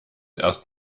erst